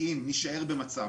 אם לא נסדר את זה.